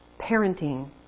parenting